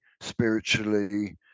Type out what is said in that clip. spiritually